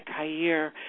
Kair